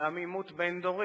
גם עימות בין-דורי,